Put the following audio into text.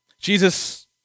Jesus